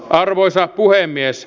arvoisa puhemies